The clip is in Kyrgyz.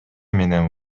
менен